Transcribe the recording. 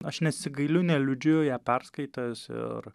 aš nesigailiu neliūdžiu ją perskaitęs ir